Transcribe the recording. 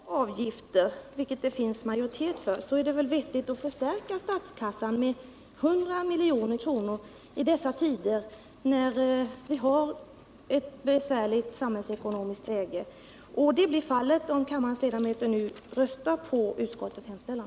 Herr talman! Om vi ändå skall ha den här avgiften, vilket det finns majoritet för, är det väl vettigt att förstärka statskassan med 100 milj.kr. i dessa tider när vi har ett besvärligt samhällsekonomiskt läge. Detta blir fallet om kammarens ledamöter nu röstar på utskottets hemställan.